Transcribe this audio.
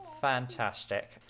fantastic